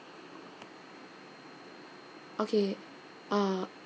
okay uh